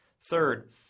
Third